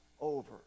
over